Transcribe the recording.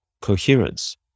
coherence